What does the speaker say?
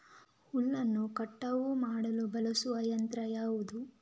ಹುಲ್ಲನ್ನು ಕಟಾವು ಮಾಡಲು ಬಳಸುವ ಯಂತ್ರ ಯಾವುದು?